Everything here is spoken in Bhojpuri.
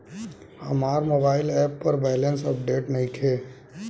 हमार मोबाइल ऐप पर बैलेंस अपडेट नइखे